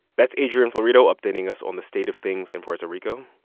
that's adrian florido updating us on the state of things in puerto rico.